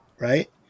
right